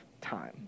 time